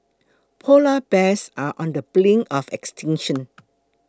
Polar Bears are on the brink of extinction